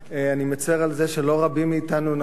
אני מצר על זה שלא רבים מאתנו נכחו.